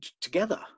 together